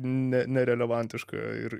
ne nerelevantiška ir